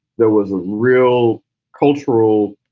there was a real cultural